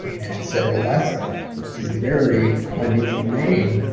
and she said, wellesca, which is a very unusual name.